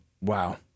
wow